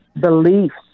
beliefs